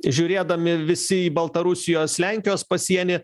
žiūrėdami visi į baltarusijos lenkijos pasienį